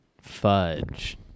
fudge